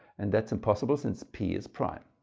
and that's impossible since p is prime.